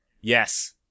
Yes